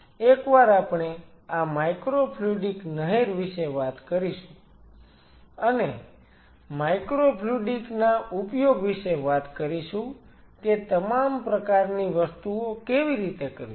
એકવાર આપણે આ માઈક્રોફ્લુઈડિક નહેર વિશે વાત કરીશું અને માઈક્રોફ્લુઈડિક ના ઉપયોગ વિશે વાત કરીશું કે તમામ પ્રકારની વસ્તુઓ કેવી રીતે કરવી